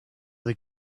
they